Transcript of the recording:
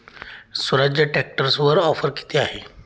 स्वराज्य ट्रॅक्टरवर ऑफर किती आहे?